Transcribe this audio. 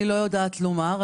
אני לא יודעת לומר.